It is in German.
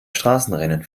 straßenrennen